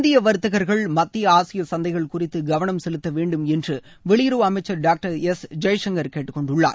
இந்திய வர்த்தகர்கள் மத்திய ஆசிய சந்தைகள் குறித்து கவனம் செலுத்த வேண்டும் என்று வெளியுறவு அமைச்சர் டாக்டர் எஸ் ஜெய்சங்கர் கேட்டுக்கொண்டுள்ளார்